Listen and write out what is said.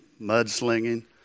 mudslinging